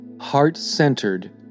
heart-centered